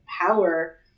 power